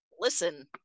listen